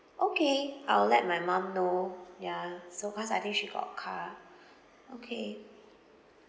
okay I'll let my mum know ya so cause I think she got a car ah okay